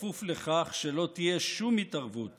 בכפוף לכך שלא תהיה שום התערבות